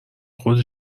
خود